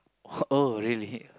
oh really